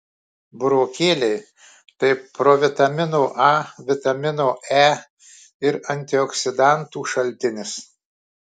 burokėliai tai provitamino a vitamino e ir antioksidantų šaltinis